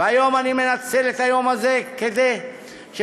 והיום אני מנצל את היום הזה כדי לומר,